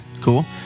Cool